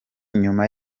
nyuma